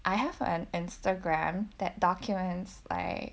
I have an instagram that documents like